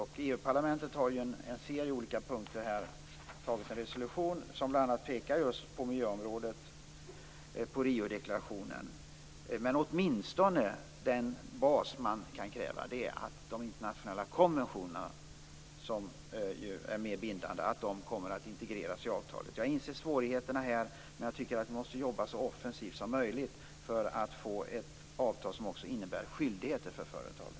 EU-parlamentet har ju antagit en resolution som innehåller en serie av olika punkter, som på miljöområdet bl.a. pekar på Riodeklarationen. Den bas som man kan kräva är åtminstone att de internationella konventionerna, som ju är mer bindande, kommer att integreras i avtalet. Jag inser svårigheterna här, men jag tycker att vi måste jobba så offensivt som möjligt för att få ett avtal som också innebär skyldigheter för företagen.